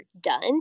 done